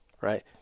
right